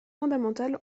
fondamentale